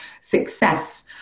Success